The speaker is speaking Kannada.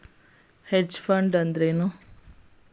ಹೆಡ್ಜ್ ಫಂಡ್ ಅಂದ್ರೇನು?